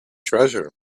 treasure